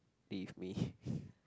be with me